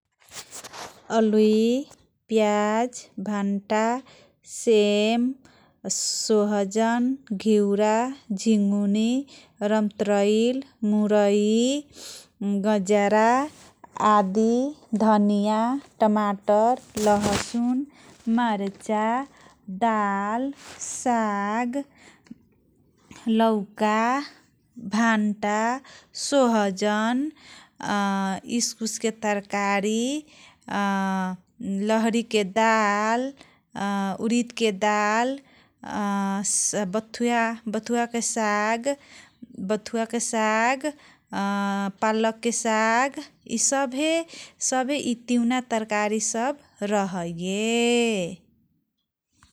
अलुइ प्याज भान्टा सेम सोहजन घिउरा झिङ्गनी रम्तुरैल मुरइ गजरा आदि धनिया टमाटर लहसुन मरचा दाल साग लौका भान्टा सोहजन स्कुसके तरकारी लहरीके दाल उरिदके दाल बथुवाके साग बथुवाके साग पालकके साग इसभे सभे इ तिउना तरकारी सब रहैये।